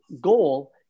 goal